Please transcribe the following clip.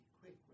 quick